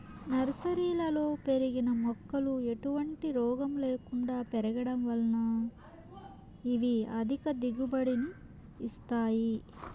నర్సరీలలో పెరిగిన మొక్కలు ఎటువంటి రోగము లేకుండా పెరగడం వలన ఇవి అధిక దిగుబడిని ఇస్తాయి